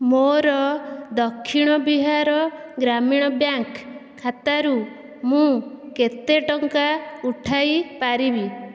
ମୋର ଦକ୍ଷିଣ ବିହାର ଗ୍ରାମୀଣ ବ୍ୟାଙ୍କ୍ ଖାତାରୁ ମୁଁ କେତେ ଟଙ୍କା ଉଠାଇ ପାରିବି